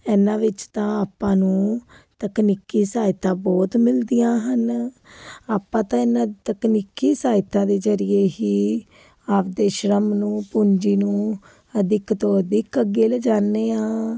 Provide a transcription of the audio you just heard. ਇਹਨਾਂ ਵਿੱਚ ਤਾਂ ਆਪਾਂ ਨੂੰ ਤਕਨੀਕੀ ਸਹਾਇਤਾ ਬਹੁਤ ਮਿਲਦੀਆਂ ਹਨ ਆਪਾਂ ਤਾਂ ਇਹਨਾਂ ਤਕਨੀਕੀ ਸਹਾਇਤਾ ਦੇ ਜ਼ਰੀਏ ਹੀ ਆਪਦੇ ਸ਼੍ਰਮ ਨੂੰ ਪੂੰਜੀ ਨੂੰ ਅਧਿਕ ਤੋਂ ਅਧਿਕ ਅੱਗੇ ਲਿਜਾਨੇ ਹਾਂ